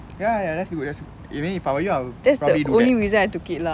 ya ya that's good that's good I mean if I were you I'd probably do that